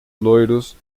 loiros